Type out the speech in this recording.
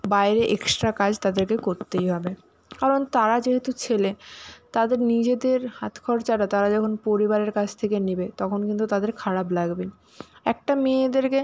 বাইরে এক্সট্রা কাজ তাদেরকে করতেই হবে কারণ তারা যেহেতু ছেলে তাদের নিজেদের হাত খরচাটা তারা যখন পরিবারের কাছ থেকে নেবে তখন কিন্তু তাদের খারাপ লাগবে একটা মেয়েদেরকে